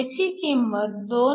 त्याची किंमत 2